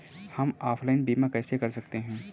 हम ऑनलाइन बीमा कैसे कर सकते हैं?